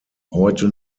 heute